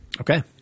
Okay